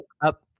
up